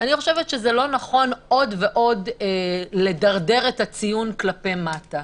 אני חושבת שלא נכון עוד ועוד לדרדר את הציון כלפי מטה.